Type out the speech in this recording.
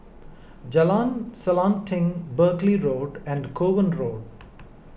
Jalan Selanting Buckley Road and Kovan Road